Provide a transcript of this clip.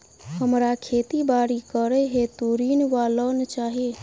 हमरा खेती बाड़ी करै हेतु ऋण वा लोन चाहि?